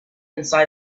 inside